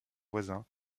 voisins